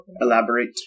Elaborate